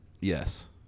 Yes